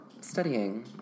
studying